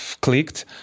clicked